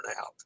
out